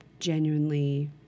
Genuinely